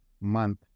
month